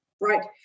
right